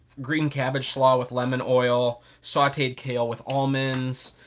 green cabbage slaw with lemon oil, sauteed kale with almonds,